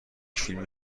فیلم